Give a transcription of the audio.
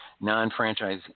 non-franchise